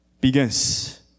begins